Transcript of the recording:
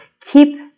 keep